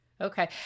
Okay